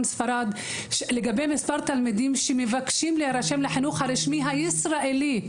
ספרד על מספר התלמידים שמבקשים להירשם לחינוך הרשמי הישראלי,